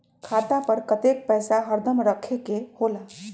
खाता पर कतेक पैसा हरदम रखखे के होला?